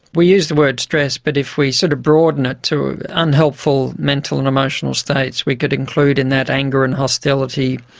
we use the word stress, but if we sort of broaden it to unhelpful mental and emotional states we could include in that anger and hostility,